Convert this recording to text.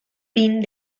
vin